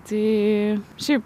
tai šiaip